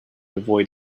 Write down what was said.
avoid